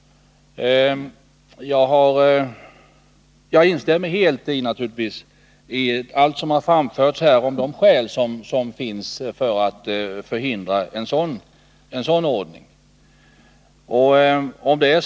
Jag instämmer helt i allt som framförts om de skäl som finns för att förhindra ett sådant förhållande.